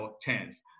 chance